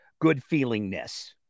good-feelingness